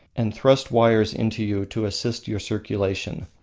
and thrust wires into you to assist your circulation.